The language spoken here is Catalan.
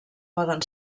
poden